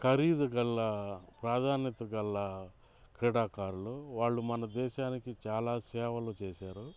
ఖరీదుగల ప్రాధాన్యత గల క్రీడాకారులు వాళ్ళు మన దేశానికి చాలా సేవలు చేశారు